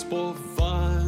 po to